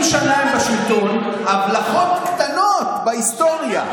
40 שנה הם בשלטון, הבלחות קטנות בהיסטוריה,